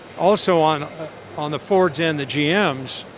also on on the fords and the gms,